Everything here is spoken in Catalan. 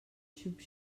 xup